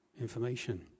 information